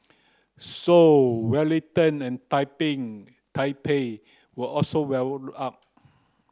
Seoul Wellington and Taipei were also well up